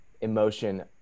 emotion